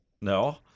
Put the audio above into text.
No